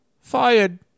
fired